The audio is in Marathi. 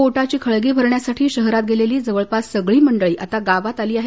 पोटाची खळगी भरण्यासाठी शहरात गेलेली जवळपास सगळी मंडळी आता गावात आली आहेत